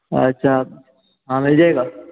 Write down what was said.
अच्छा हाँ मिल जाएगा